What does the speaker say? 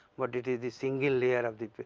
but it is the single layer of the,